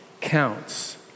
counts